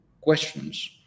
questions